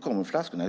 kommer flaskorna?